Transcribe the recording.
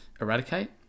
eradicate